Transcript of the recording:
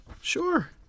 Sure